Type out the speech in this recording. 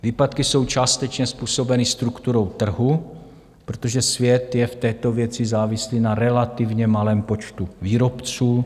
Výpadky jsou částečně způsobeny strukturou trhu, protože svět je v této věci závislý na relativně malém počtu výrobců.